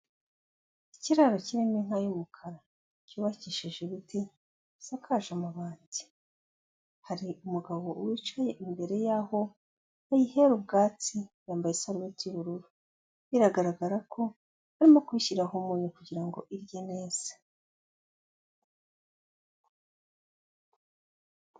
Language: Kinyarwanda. Ikiraro kirimo inka y'umukara, cyubakishije ibiti, gisakaje amabati, hari umugabo wicaye imbere y'aho bayihera ubwatsi, yambaye isarubeti y'ubururu, biragaragara ko arimo kubishyiraho umunyu kugira ngo irye neza.